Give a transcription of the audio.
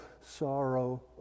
sorrow